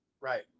Right